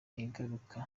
igaruka